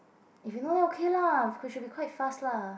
if you know okay lah because should be quite fast lah